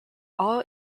all